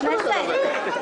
אבי, חזרתי.